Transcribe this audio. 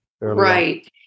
Right